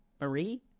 Marie